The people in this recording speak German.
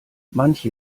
manche